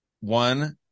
One